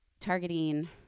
targeting